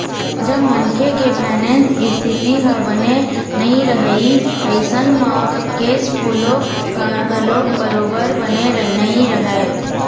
जब मनखे के फायनेंस इस्थिति ह बने नइ रइही अइसन म केस फोलो ह घलोक बरोबर बने नइ रहय